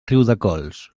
riudecols